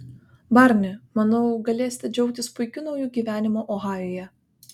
barni manau galėsite džiaugtis puikiu nauju gyvenimu ohajuje